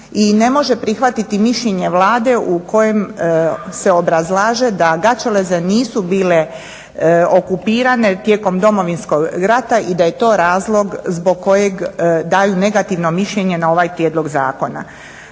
i ne može prihvatiti mišljenje Vlade u kojem se obrazlaže da Gaćeleze nisu bile okupirane tijekom Domovinskog rata i da je to razlog zbog kojeg daju negativno mišljenje na ovaj prijedlog zakona.